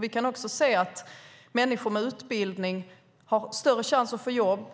Vi kan också se att människor som har utbildning har större chans att få jobb, har